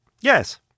Yes